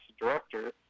Director